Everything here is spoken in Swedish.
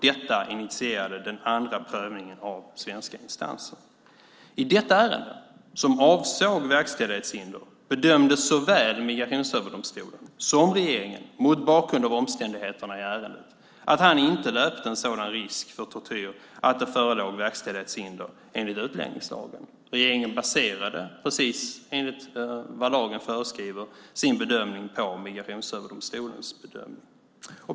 Detta initierade den andra prövningen i svenska instanser. I detta ärende, som avsåg verkställighetshinder, bedömde såväl Migrationsöverdomstolen som regeringen mot bakgrund av omständigheterna i ärendet att han inte löpte en sådan risk för tortyr att det förelåg verkställighetshinder enligt utlänningslagen. Regeringen baserade, precis enligt vad lagen föreskriver, sin bedömning på Migrationsöverdomstolens bedömning.